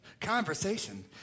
Conversation